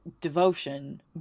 devotion